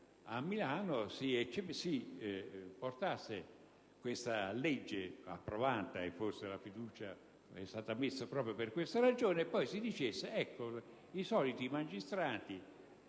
a Milano, si portasse questa legge approvata - e forse la fiducia è stata messa proprio per questa ragione - e poi si dicesse: i soliti magistrati